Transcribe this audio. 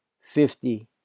fifty